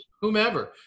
whomever